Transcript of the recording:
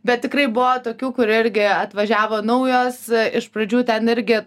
bet tikrai buvo tokių kurie irgi atvažiavo naujos iš pradžių ten irgi